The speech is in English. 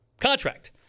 contract